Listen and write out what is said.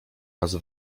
raz